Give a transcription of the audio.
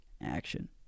action